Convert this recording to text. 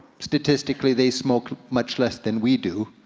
statistically they smoke much less than we do,